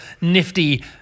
nifty